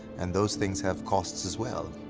and those things have costs as well.